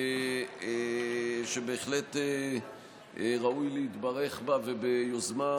שבהחלט ראוי להתברך בה וביוזמה,